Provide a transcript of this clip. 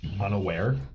unaware